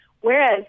Whereas